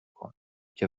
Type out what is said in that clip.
کن، که